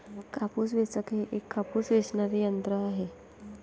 कापूस वेचक हे एक कापूस वेचणारे यंत्र आहे